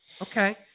Okay